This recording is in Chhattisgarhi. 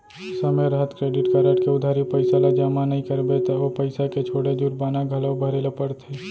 समे रहत क्रेडिट कारड के उधारी पइसा ल जमा नइ करबे त ओ पइसा के छोड़े जुरबाना घलौ भरे ल परथे